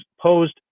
posed